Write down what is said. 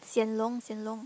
Hsien-Loong Hsien-Loong